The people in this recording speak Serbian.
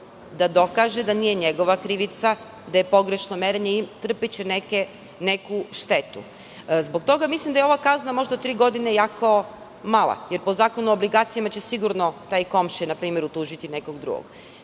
da dokaže da nije njegova krivica, da je pogrešno merenje i trpeće neku štetu. Zbog toga mislim da je ova kazna od tri godine jako mala, jer po Zakonu o obligacijama će sigurno taj komšija tužiti nekog drugog.